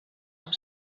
amb